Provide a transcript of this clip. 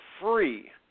free